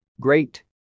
Great